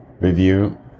Review